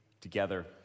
together